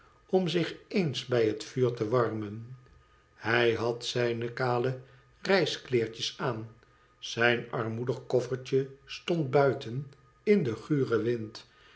om zich eens bij het vuur te warmen hij had zijne kale reiskleertjea aan zijn armoedig koffertje stond buiten m den guren wind